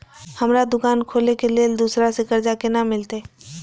हमरा दुकान खोले के लेल दूसरा से कर्जा केना मिलते?